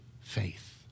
faith